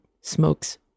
smokes